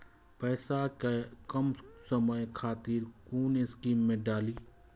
पैसा कै कम समय खातिर कुन स्कीम मैं डाली?